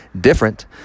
different